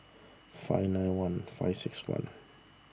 five nine one five six one